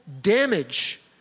damage